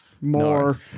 More